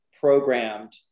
programmed